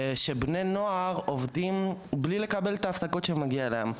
בני נוער גם עובדים בלי לקבל את ההפסקות שמגיעות להם.